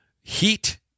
Heat